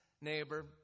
neighbor